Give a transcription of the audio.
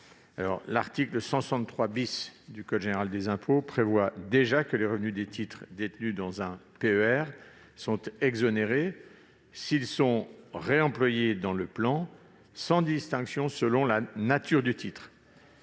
L'article 163 du code général des impôts prévoit déjà que les revenus des titres détenus dans un PER sont exonérés, s'ils sont réemployés dans le plan, sans distinction selon la nature du titre.